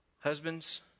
Husbands